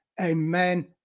amen